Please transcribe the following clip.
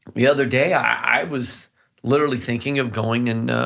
the other day, i was literally thinking of going and